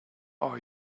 are